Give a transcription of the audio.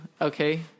Okay